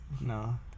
No